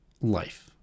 life